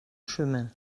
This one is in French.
chemin